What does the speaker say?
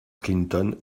clinton